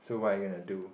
do what I am going to do